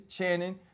Channing